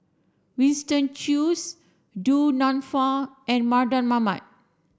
Winston Choos Du Nanfa and Mardan Mamat